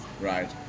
Right